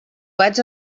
vaig